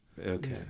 Okay